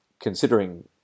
considering